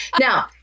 Now